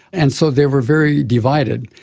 and so they were very divided.